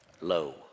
Low